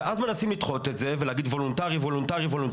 ואז מנסים לדחות את זה ולהגיד וולונטרי וולונטרי.